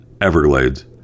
Everglades